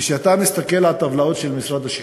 כשאתה מסתכל על טבלאות של משרד השיכון,